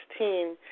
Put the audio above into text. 2016